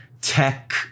tech